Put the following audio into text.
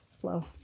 flow